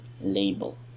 label